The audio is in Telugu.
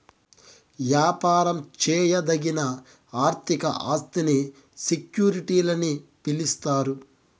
యాపారం చేయదగిన ఆర్థిక ఆస్తిని సెక్యూరిటీలని పిలిస్తారు